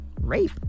rape